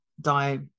die